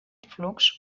flux